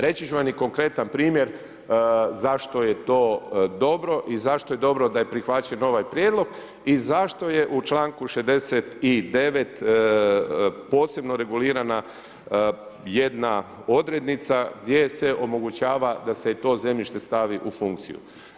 Reći ću vam i konkretan primjer, zašto je to dobro i zašto je dobro da je prihvaćen ovaj prijedlog i zašto je u čl. 69. posebno regulirana jedna odrednica, gdje se omogućava da se i to zemljište stavi u funkciju.